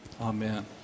Amen